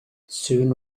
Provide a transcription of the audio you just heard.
soon